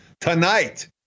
tonight